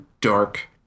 dark